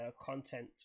content